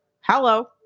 Hello